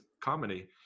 comedy